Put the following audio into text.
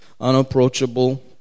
unapproachable